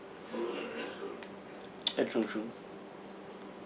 ya true true